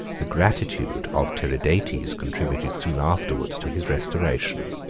the gratitude of tiridates contributed soon afterwards to his restoration.